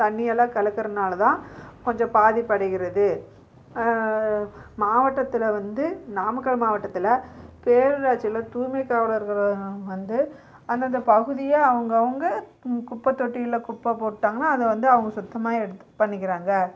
தண்ணி எல்லாம் கலக்கிறனால தான் கொஞ்சம் பாதிப்பு அடைகிறது மாவட்டத்தில் வந்து நாமக்கல் மாவட்டத்தில் பேரூராட்சியில் தூய்மை காவலர்கல் வந்து அந்தந்த பகுதியை அவங்கவுங்க குப்பத்தொட்டியில் குப்பை போட்டாங்கன்னால் அதை வந்து அவங்க சுத்தமாக எடுத்து பண்ணிக்கிறாங்க